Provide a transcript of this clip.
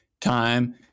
time